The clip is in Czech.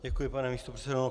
Děkuji, pane místopředsedo.